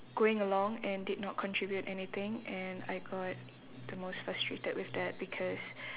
going along and did not contribute anything and I got the most frustrated with that because